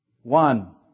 One